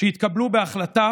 שהתקבלו בהחלטה